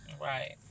Right